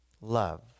love